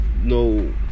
No